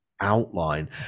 outline